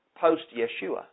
post-Yeshua